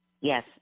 Yes